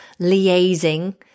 liaising